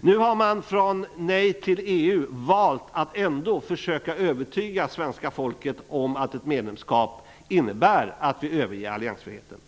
Nu har man från Nej till EU valt att ändå försöka övertyga svenska folket om att ett medlemskap innebär att vi överger alliansfriheten.